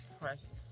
press